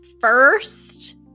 first